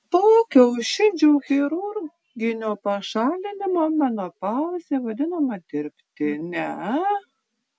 po kiaušidžių chirurginio pašalinimo menopauzė vadinama dirbtine